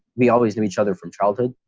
we always knew each other from childhood.